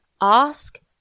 ask